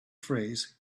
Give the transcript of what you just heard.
phrase